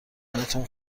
دیدنتون